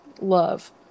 love